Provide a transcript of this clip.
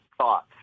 thoughts